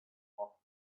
off